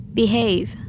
behave